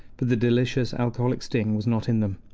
but the delicious alcoholic sting was not in them.